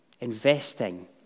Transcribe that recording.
investing